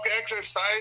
exercise